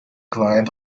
client